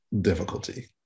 Difficulty